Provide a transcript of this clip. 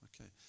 okay